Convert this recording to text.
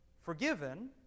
forgiven